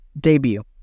debut